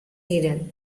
hidden